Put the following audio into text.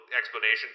explanation